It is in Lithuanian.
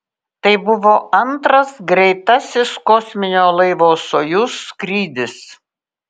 tai buvo antras greitasis kosminio laivo sojuz skrydis